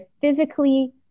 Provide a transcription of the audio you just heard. physically